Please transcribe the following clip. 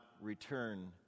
return